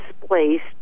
displaced